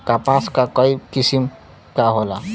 कपास क कई किसिम क होला